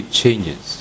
changes